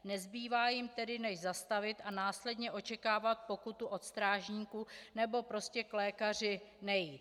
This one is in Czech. Nezbývá jim tedy než zastavit a následně očekávat pokutu od strážníků, nebo prostě k lékaři nejít.